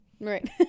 Right